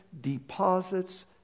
deposits